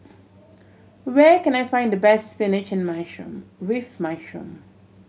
where can I find the best spinach and mushroom with mushroom